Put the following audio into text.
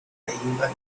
and